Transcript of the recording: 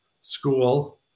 school